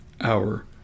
hour